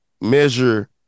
measure